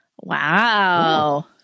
Wow